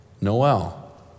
Noel